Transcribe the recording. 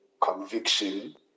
conviction